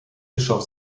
bischof